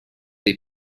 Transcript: dei